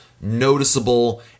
noticeable